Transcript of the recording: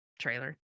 trailer